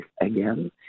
again